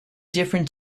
different